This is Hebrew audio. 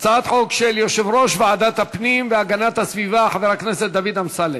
הצעת חוק של יושב-ראש ועדת הפנים והגנת הסביבה חבר הכנסת דוד אמסלם.